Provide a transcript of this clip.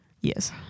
yes